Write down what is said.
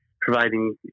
providing